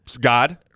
God